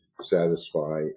satisfy